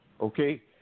okay